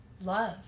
Love